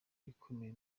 ibikomeye